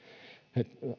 he